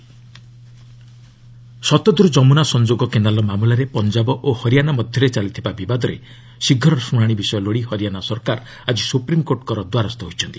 SC Haryana Shatadru Yamuna ସଂଯୋଗ canal ମାମଲାରେ ପଞ୍ଜାବ ଓ ହରିୟାନା ମଧ୍ୟରେ ଚାଲିଥିବା ବିବାଦରେ ଶୀଘ୍ର ଶୁଣାଶି ବିଷୟ ଲୋଡ଼ି ହରିୟାନା ସରକାର ଆଜି ସୁପ୍ରିମ୍କୋର୍ଟଙ୍କ ଦ୍ୱାରସ୍ଥ ହୋଇଛନ୍ତି